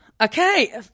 Okay